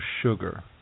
sugar